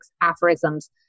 aphorisms